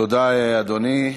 תודה, אדוני.